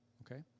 okay